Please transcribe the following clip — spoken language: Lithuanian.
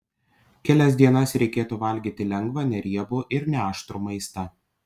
kelias dienas reikėtų valgyti lengvą neriebų ir neaštrų maistą